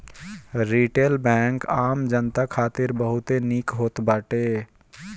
retail bank आम जनता खातिर बहुते निक होत बाटे